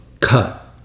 cut